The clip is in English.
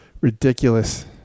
Ridiculous